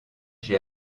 j’ai